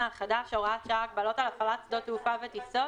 החדש (הוראת שעה) (הגבלות על הפעלת שדות תעופה וטיסות)